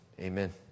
Amen